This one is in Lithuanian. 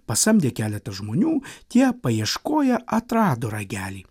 pasamdė keletą žmonių tie paieškoję atrado ragelį